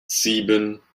sieben